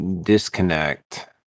Disconnect